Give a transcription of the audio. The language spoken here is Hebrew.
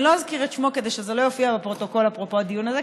אני לא אזכיר את שמו כדי שזה לא יופיע בפרוטוקול אפרופו הדיון הזה,